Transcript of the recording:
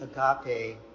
agape